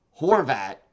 Horvat